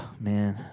Man